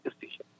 decision